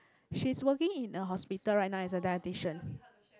she's working in a hospital right now as a dietician